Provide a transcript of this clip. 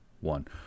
one